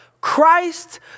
Christ